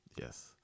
Yes